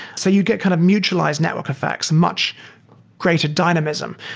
so you get kind of mutualized network effects much greater dynamism.